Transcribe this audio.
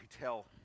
tell